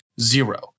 zero